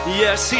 yes